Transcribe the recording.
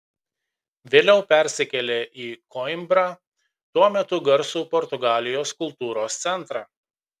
vėliau persikėlė į koimbrą tuo metu garsų portugalijos kultūros centrą